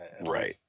Right